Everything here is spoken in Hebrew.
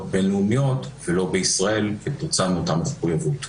בין לאומיות ולא בישראל כתוצאה מאותה מחויבות.